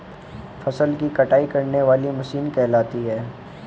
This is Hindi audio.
फसल की कटाई करने वाली मशीन कहलाती है?